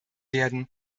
werden